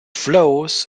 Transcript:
flows